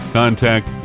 contact